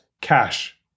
cash